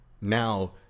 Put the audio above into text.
now